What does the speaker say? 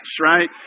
right